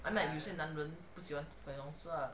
I bet 有些男人不喜欢粉红色:you xie nan renbu xi huan fen hong se lah